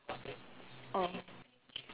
oh